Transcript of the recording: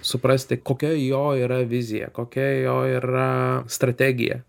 suprasti kokia jo yra vizija kokia jo yra strategija